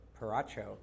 Paracho